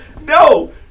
No